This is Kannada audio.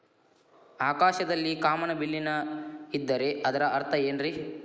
ಆಕಾಶದಲ್ಲಿ ಕಾಮನಬಿಲ್ಲಿನ ಇದ್ದರೆ ಅದರ ಅರ್ಥ ಏನ್ ರಿ?